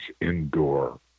indoor